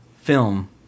film